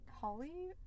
Holly